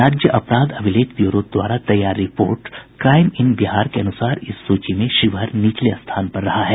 राज्य अपराध अभिलेख ब्यूरो द्वारा तैयार रिपोर्ट क्राईम इन बिहार के अनुसार इस सूची में शिवहर सबसे निचले स्थान पर रहा है